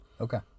Okay